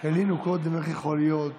הלינו קודם על איך יכול להיות